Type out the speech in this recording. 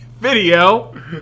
video